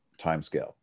timescale